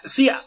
See